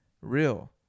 Real